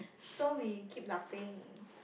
so we keep laughing